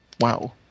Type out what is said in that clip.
Wow